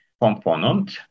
component